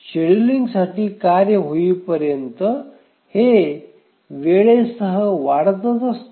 शेड्यूलिंगसाठी कार्य होईपर्यंत हे वेळेसह वाढतच असते